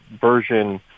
version